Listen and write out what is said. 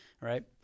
Right